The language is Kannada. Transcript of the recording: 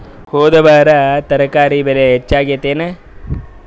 ಹೊದ ವಾರ ತರಕಾರಿ ಬೆಲೆ ಹೆಚ್ಚಾಗಿತ್ತೇನ?